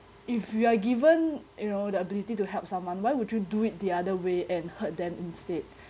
if you are given you know the ability to help someone why would you do it the other way and hurt them instead